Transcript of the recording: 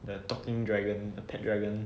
the talking dragon the pet dragon